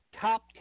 top